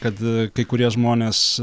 kad kai kurie žmonės